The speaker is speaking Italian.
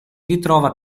ritrova